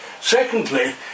secondly